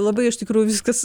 labai iš tikrųjų viskas